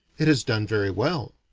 it has done very well.